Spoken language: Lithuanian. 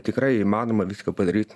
tikrai įmanoma viską padaryt